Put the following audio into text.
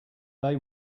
they